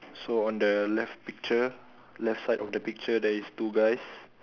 so on the left picture left side of the picture there is two guys